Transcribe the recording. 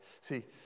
See